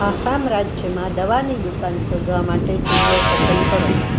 આસામ રાજ્યમાં દવાની દુકાન શોધવા માટે જિલ્લો પસંદ કરો